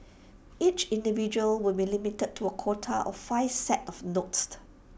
each individual will be limited to A quota of five sets of notes